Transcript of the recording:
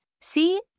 See